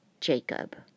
Jacob